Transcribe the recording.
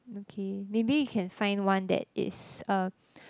okay maybe we can find one that is uh